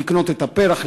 לקנות את הפרח,